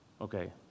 okay